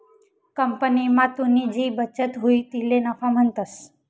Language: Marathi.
कंपनीमा तुनी जी बचत हुई तिले नफा म्हणतंस